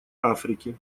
африки